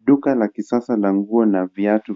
Duka la kisasa linaonyesha mpangilio wa kisanii wa viatu